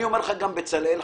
אני אומר לבצלאל חברי: